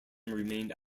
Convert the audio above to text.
remained